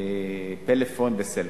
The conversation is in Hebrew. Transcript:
"פלאפון" ו"סלקום".